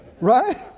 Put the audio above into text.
Right